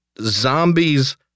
zombies